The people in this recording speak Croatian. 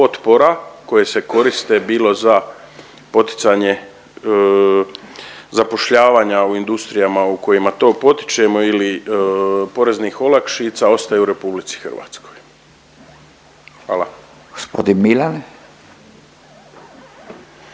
koje se koriste bilo za poticanje zapošljavanja u industrijama u kojima to potičemo ili poreznih olakšica ostaje u RH. Hvala.